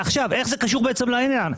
איך זה קשור לעניין?